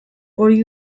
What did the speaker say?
hori